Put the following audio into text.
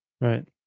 Right